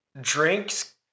Drinks